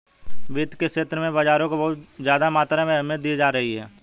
वित्त के क्षेत्र में बाजारों को बहुत ज्यादा मात्रा में अहमियत दी जाती रही है